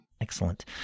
excellent